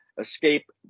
escape